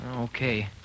Okay